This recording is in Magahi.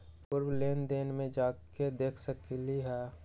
पूर्व लेन देन में जाके देखसकली ह?